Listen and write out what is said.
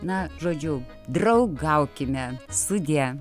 na žodžiu draugaukime sudie